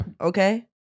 Okay